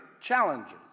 challenges